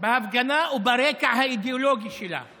בהפגנה וברקע האידיאולוגי שלה.